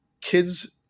kids